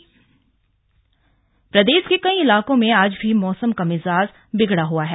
मौसम प्रदेश के कई इलाकों में आज भी मौसम का मिजाज बिगड़ा हआ है